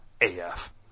AF